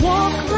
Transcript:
Walk